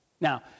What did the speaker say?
Now